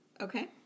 okay